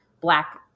black